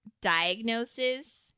diagnosis